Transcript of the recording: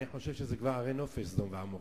אני חושב שאלה כבר ערי נופש, סדום ועמורה,